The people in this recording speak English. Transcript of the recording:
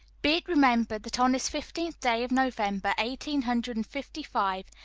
be it remembered, that on this fifteenth day of november, eighteen hundred and fifty-five,